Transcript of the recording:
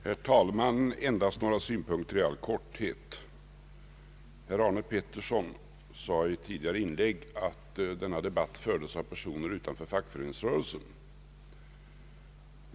Herr talman! Endast några synpunkter i all korthet. Herr Arne Pettersson sade i ett tidigare inlägg att denna debatt fördes av personer utanför fackföreningsrörelsen.